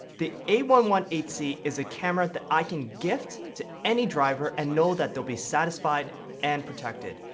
the a one one eight c is a camera that i can gift to any driver and know that they'll be satisfied and protected.